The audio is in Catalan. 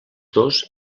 dos